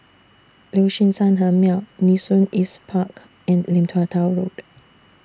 Liuxun Sanhemiao Nee Soon East Park and Lim Tua Tow Road